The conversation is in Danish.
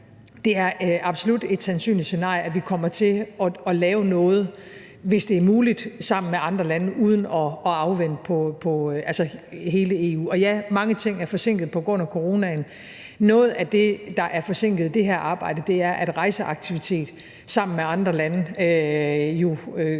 det er absolut et sandsynligt scenarie, at vi kommer til at lave noget, hvis det er muligt, sammen med andre lande uden at afvente hele EU. Og ja, mange ting er forsinket på grund af coronaen. Noget af det, der er forsinket i det her arbejde, er, at rejseaktivitet sammen med andre lande